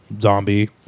zombie